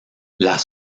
las